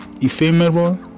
ephemeral